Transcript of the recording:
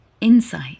insight